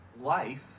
life